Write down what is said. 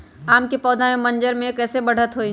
आम क पौधा म मजर म कैसे बढ़त होई?